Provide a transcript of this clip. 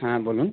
হ্যাঁ বলুন